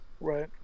right